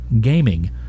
gaming